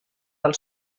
del